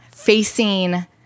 facing